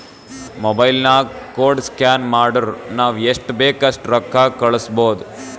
mobile ನಾಗ್ ಕೋಡ್ಗ scan ಮಾಡುರ್ ನಾವ್ ಎಸ್ಟ್ ಬೇಕ್ ಅಸ್ಟ್ ರೊಕ್ಕಾ ಕಳುಸ್ಬೋದ್